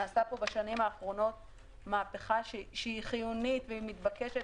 נעשתה פה בשנים האחרונות מהפכה חיונית ומתבקשת